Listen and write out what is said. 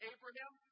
Abraham